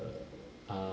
ah